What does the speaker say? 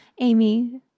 Amy